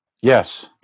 Yes